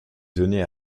données